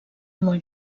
molt